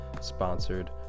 sponsored